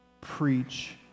preach